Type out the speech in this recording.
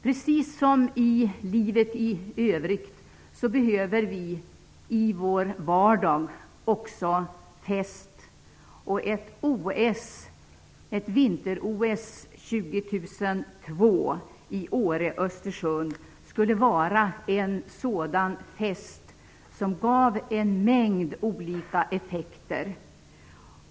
Precis som i livet i övrigt behöver vi i vår vardag också fest, och ett vinter-OS 2002 i Åre/Östersund skulle vara en sådan fest som gav en mängd olika effekter.